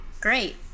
great